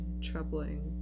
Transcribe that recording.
troubling